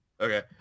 Okay